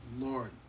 Lord